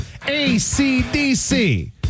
ACDC